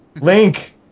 Link